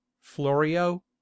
florio